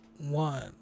one